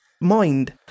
mind